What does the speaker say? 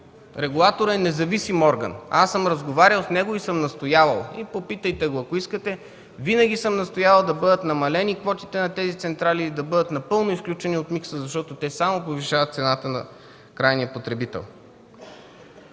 Регулаторът е независим орган. Аз съм разговарял с него и съм настоявал. Попитайте го, ако искате. Винаги съм настоявал да бъдат намалени квотите на тези централи или да бъдат напълно изключени от микса, защото те само повишават цената на крайния потребител.